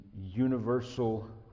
universal